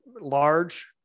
large